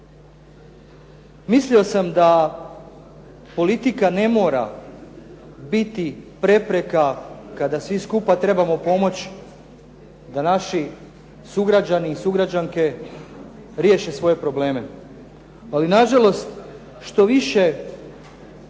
Mislio sam da politika ne mora biti prepreka kada svi skupa trebamo pomoć da naši sugrađani i sugrađanke riješe svoje probleme, ali na žalost što više